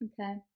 okay